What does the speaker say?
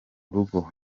rugo